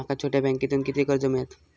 माका छोट्या बँकेतून किती कर्ज मिळात?